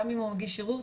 גם אם הוא מגיש ערעור,